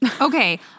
okay